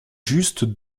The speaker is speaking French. juste